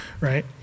right